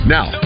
Now